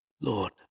Lord